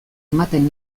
ematen